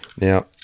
Now